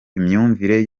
imyumvire